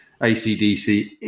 ACDC